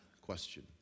question